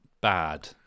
bad